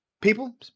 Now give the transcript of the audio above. people